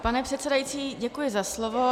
Pane předsedající, děkuji za slovo.